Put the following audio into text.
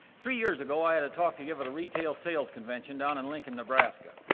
three years ago i had a talk to give it a retail sales convention down in lincoln, nebraska.